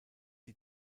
die